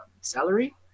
salary